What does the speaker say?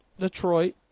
Detroit